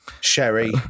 sherry